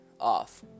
off